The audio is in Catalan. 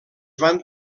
van